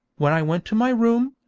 when i went to my room,